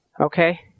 Okay